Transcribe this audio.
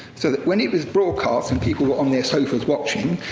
so that when it was broadcast and people were on their sofas watching,